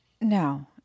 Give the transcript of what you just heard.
No